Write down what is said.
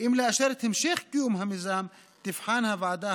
אם לאשר את המשך קיום המיזם תבחן הוועדה